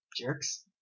Jerks